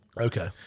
okay